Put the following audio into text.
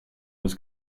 was